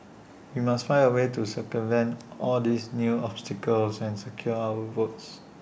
we must find A way to circumvent all these new obstacles and secure our votes